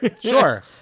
sure